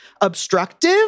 obstructive